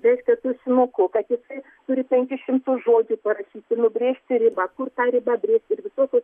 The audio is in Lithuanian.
reiškia tušinuku kad jisai turi penkis šimtus žodžių parašyti nubrėžti ribą kur tą ribą brėš is visokios